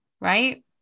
Right